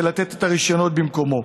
לבדוק ולתת את הרישיונות במקומו.